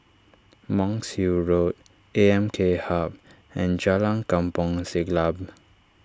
Monk's Hill Road A M K Hub and Jalan Kampong Siglap